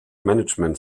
management